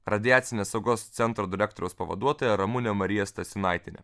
radiacinės saugos centro direktoriaus pavaduotoja ramunė marija stasiūnaitienė